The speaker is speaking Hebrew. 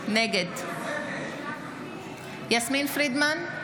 נגד יסמין פרידמן,